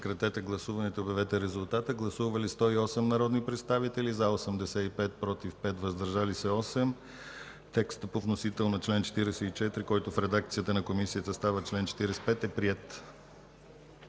вносител, който става чл. 45. Гласували 108 народни представители: за 85, против 5, въздържали се 8. Текстът по вносител на чл. 44, който в редакцията на Комисията става чл. 45, е приет.